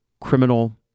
criminal